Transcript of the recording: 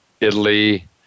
Italy